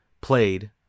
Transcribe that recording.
played